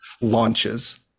launches